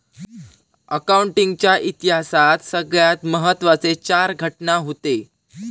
accounting च्या इतिहासात सगळ्यात महत्त्वाचे चार घटना हूते